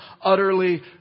utterly